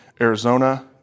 Arizona